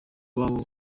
baba